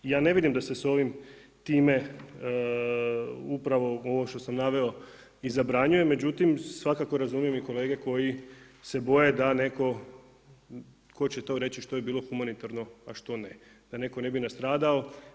I ja ne vidim da se s ovim time upravo ovo što sam naveo i zabranjuje, međutim, svakako razumijem i kolege koji se boje da netko tko će to reći što je bilo humanitarno a što ne, da netko ne bi nastradao.